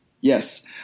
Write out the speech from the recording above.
Yes